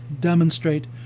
demonstrate